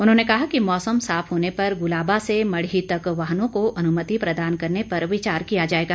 उन्होंने कहा कि मौसम साफ होने पर गुलाबा से मढ़ी तक वाहनों को अनुमति प्रदान करने पर विचार किया जाएगा